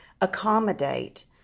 accommodate